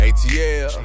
Atl